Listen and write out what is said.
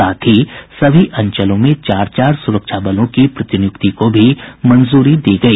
साथ ही सभी अंचलों में चार चार सुरक्षा बलों की प्रतिनियुक्ति को भी मंजूरी दी गई